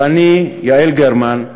ואני, יעל גרמן,